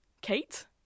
kate